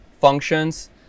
functions